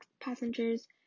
passengers